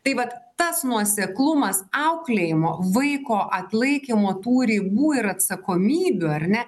tai vat tas nuoseklumas auklėjimo vaiko atlaikymo tų ribų ir atsakomybių ar ne